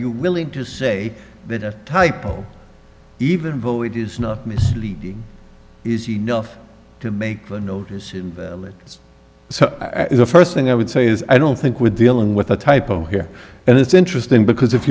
you willing to say that a typo even vote it is not misleading is enough to make the notice in it so the first thing i would say is i don't think we're dealing with a typo here and it's interesting because if